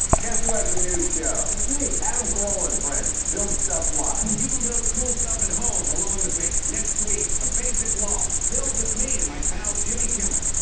guess who has a new show? it's me. adam carolla and friends build stuff live. you can build cool stuff at home along with me. next week, a basic loft. build with me and my pal jimmy kimmel.